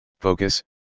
focus